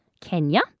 Kenya